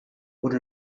would